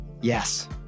Yes